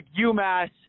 UMass